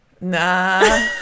Nah